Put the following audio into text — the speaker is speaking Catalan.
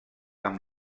amb